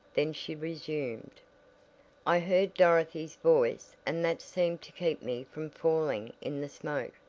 then she resumed i heard dorothy's voice and that seemed to keep me from falling in the smoke.